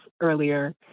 earlier